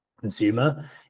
consumer